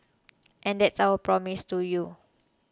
and that's our promise to you